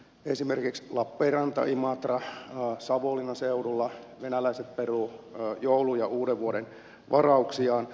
esimerkiksi lappeenrannan imatran savonlinnan seudulla venäläiset peruvat joulun ja uudenvuoden varauksiaan